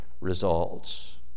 results